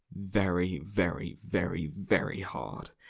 very, very very very hard.